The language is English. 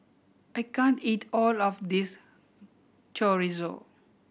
I can't eat all of this Chorizo